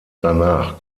danach